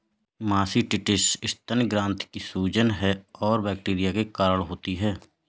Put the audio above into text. mastitis स्तन ग्रंथि की सूजन है और बैक्टीरिया के कारण होती है